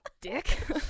dick